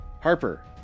Harper